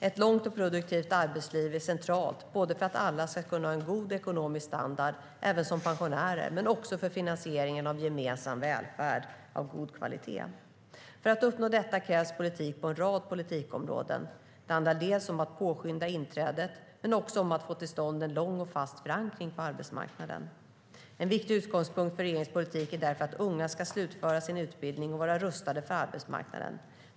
Ett långt och produktivt arbetsliv är centralt för att alla ska kunna ha en god ekonomisk standard även som pensionärer men också för finansieringen av en gemensam välfärd av god kvalitet. För att uppnå detta krävs politik på en rad politikområden. Det handlar dels om att påskynda inträdet, dels om att få till stånd en lång och fast förankring på arbetsmarknaden. En viktig utgångspunkt för regeringens politik är därför att unga ska slutföra sin utbildning och vara rustade för arbetsmarknaden.